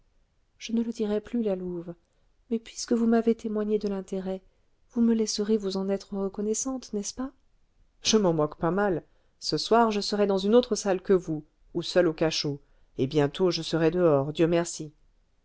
je ne le dirai plus la louve mais puisque vous m'avez témoigné de l'intérêt vous me laisserez vous en être reconnaissante n'est-ce pas je m'en moque pas mal ce soir je serai dans une autre salle que vous ou seule au cachot et bientôt je serai dehors dieu merci